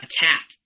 attack